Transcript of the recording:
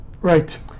right